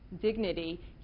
dignity